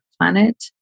planet